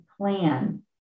plan